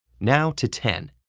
now to ten.